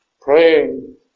praying